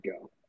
go